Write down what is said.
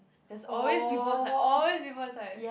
there's always people inside always people inside